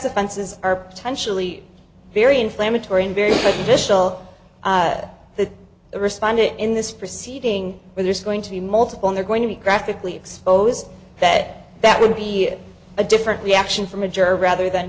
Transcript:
offenses are potentially very inflammatory and very visceral the the respondent in this proceeding where there's going to be multiple they're going to be graphically exposed that that would be a different reaction from a jerk rather than